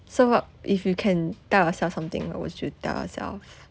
so what if you can tell yourself something what would you tell yourself